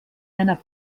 einer